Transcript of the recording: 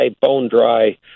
bone-dry